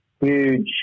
Huge